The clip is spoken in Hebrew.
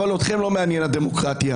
אבל אתכם לא מעניין הדמוקרטיה.